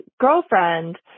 girlfriend